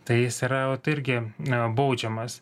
tai jis yra jau tai irgi na baudžiamas